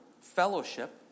fellowship